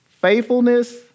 faithfulness